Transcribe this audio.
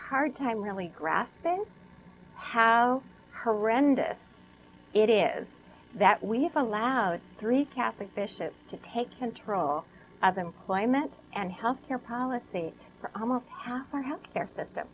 hard time really grasping how horrendous it is that we have allowed three catholic bishops to take control of employment and health care policy for almost half our health care system